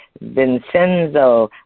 Vincenzo